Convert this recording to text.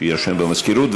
שיירשם במזכירות.